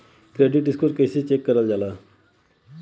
Credit score कइसे check करल जायी?